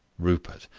rupert,